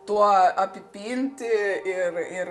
tuo apipinti ir ir